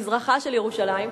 מזרחה של ירושלים.